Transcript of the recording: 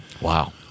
Wow